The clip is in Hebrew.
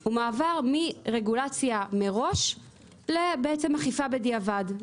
הוא מעבר מרגולציה מראש לאכיפה בדיעבד.